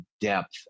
depth